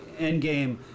Endgame